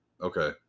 Okay